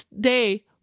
day